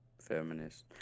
Feminist